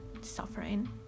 suffering